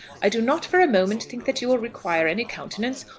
i do not for a moment think that you will require any countenance,